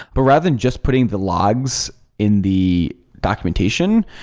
but rather than just putting the logs in the documentation.